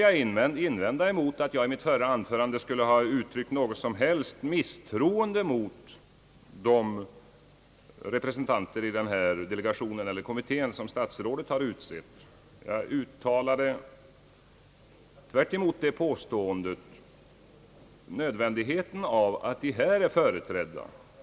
Jag vill invända mot att jag i mitt andra anförande skulle ha uttryckt något som helst misstroende mot de representanter i denna kommitté, som statsrådet har utsett. Jag underströk tvärtemot nödvändigheten av att dessa är företrädda i kommittén.